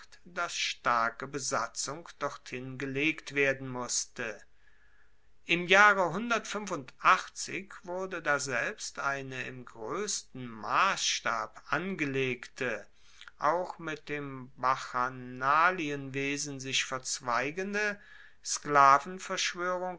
dass starke besatzung dorthin gelegt werden musste im jahre wurde daselbst eine im groessten massstab angelegte auch mit dem bacchanalienwesen sich verzweigende